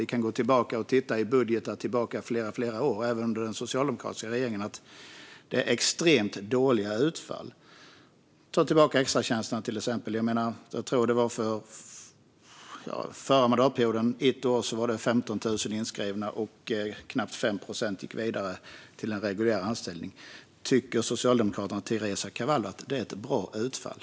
Vi kan gå tillbaka och titta i budgetar under flera år, även under den socialdemokratiska regeringens tid, och se att det är extremt dåliga utfall. När det gäller att till exempel ta tillbaka extratjänsterna kan jag säga att det under ett år under den förra mandatperioden var 15 000 inskrivna och knappt 5 procent som gick vidare till en reguljär anställning. Tycker Socialdemokraterna och Teresa Carvalho att det är ett bra utfall?